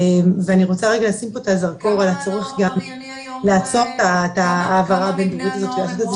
ואני רוצה לשים פה את הזרקור ולעצור את ההעברה הבין דורית הזאת,